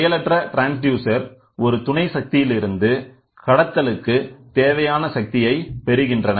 செயலற்ற ட்ரான்ஸ்டியூசர் ஒரு துணை சக்தியிலிருந்து கடத்தலுக்கு தேவையான சக்தியைப் பெறுகின்றன